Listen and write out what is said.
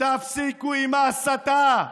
תפסיקו עם ההסתה.